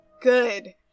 good